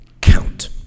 count